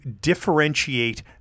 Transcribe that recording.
differentiate